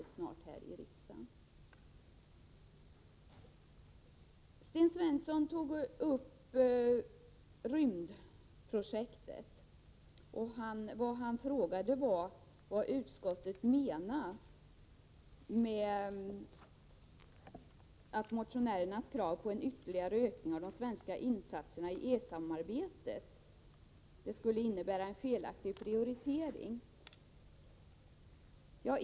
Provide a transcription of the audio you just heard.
Sten Svensson frågade vad utskottet menar, när man skriver att motionärernas krav på en ytterligare ökning av de svenska insatserna beträffande det europeiska rymdsamarbetet skulle innebära en felaktig prioritering.